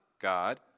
God